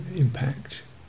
impact